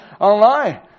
online